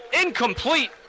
incomplete